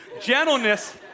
Gentleness